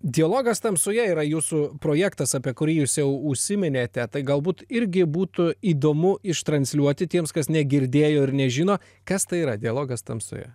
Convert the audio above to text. dialogas tamsoje yra jūsų projektas apie kurį jūs jau užsiminėte tai galbūt irgi būtų įdomu iš transliuoti tiems kas negirdėjo ir nežino kas tai yra dialogas tamsoje